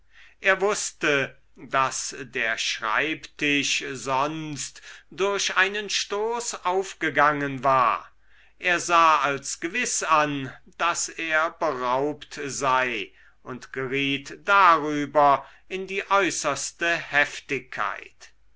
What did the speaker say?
er wußte daß der schreibtisch sonst durch einen stoß aufgegangen war er sah als gewiß an daß er beraubt sei und geriet darüber in die äußerste heftigkeit